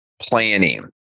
planning